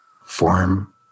Form